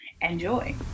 Enjoy